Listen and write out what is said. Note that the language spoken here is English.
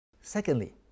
Secondly